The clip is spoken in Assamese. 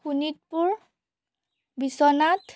শোণিতপুৰ বিশ্বনাথ